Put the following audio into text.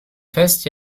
fest